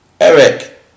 Eric